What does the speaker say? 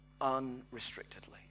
unrestrictedly